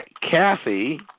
Kathy